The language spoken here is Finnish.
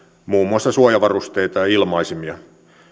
muun muassa suojavarusteita ja ilmaisimia